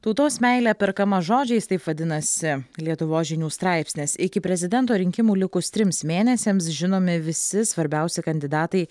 tautos meilė perkama žodžiais taip vadinasi lietuvos žinių straipsnis iki prezidento rinkimų likus trims mėnesiams žinomi visi svarbiausi kandidatai